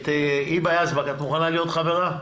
היבה יזבק, את מוכנה להיות חברה?